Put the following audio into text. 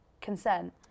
consent